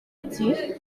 ati